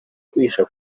kwihisha